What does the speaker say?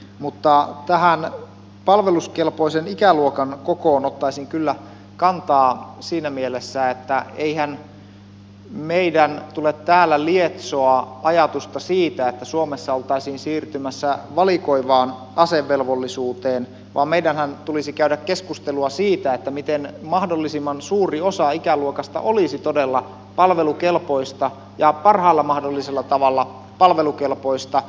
mutta tähän palveluskelpoisen ikäluokan kokoon ottaisin kyllä kantaa siinä mielessä että eihän meidän tule täällä lietsoa ajatusta siitä että suomessa oltaisiin siirtymässä valikoivaan asevelvollisuuteen vaan meidänhän tulisi käydä keskustelua siitä miten mahdollisimman suuri osa ikäluokasta olisi todella palvelukelpoista ja parhaalla mahdollisella tavalla palvelukelpoista